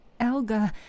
Elga